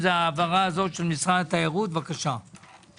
בבקשה.